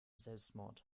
selbstmord